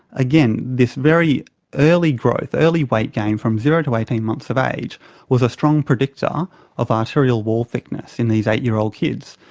again, this very early growth, early weight gain from zero to eighteen months of age was a strong predictor of arterial wall thickness in these eight-year-old kids,